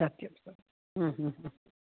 सत्यम्